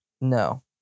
No